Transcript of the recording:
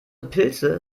pilze